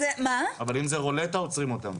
אבל אם זו רולטה, עוצרים אותם.